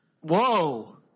Whoa